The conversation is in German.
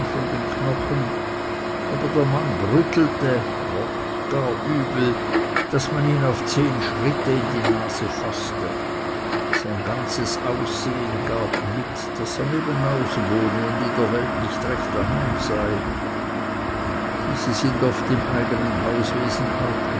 von den knochen aber der mann roch gar übel daß man ihn auf zehn schritte in die nase faßte sein ganzes aussehen gab mit daß er nebenaus wohne und in der welt nicht recht daheim sei diese sind sehr oft im eigenen hauswesen auch